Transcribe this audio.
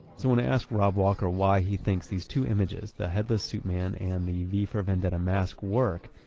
so when i ask rob walker why he thinks these two images, the headless suit man and the v for vendetta mask work,